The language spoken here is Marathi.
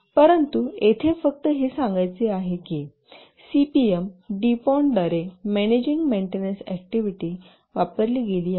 परंतु येथे फक्त हे सांगायचे आहे की सीपीएम ड्युपॉन्टद्वारे मॅनेजिन्ग मेंटेनन्स अॅक्टिव्हिटी वापरली गेली आहे